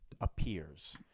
appears